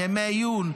ימי עיון,